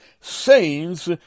saints